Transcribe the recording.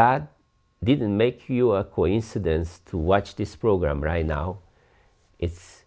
god didn't make you a coincidence to watch this program right now it's